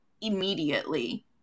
immediately